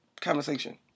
conversation